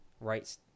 right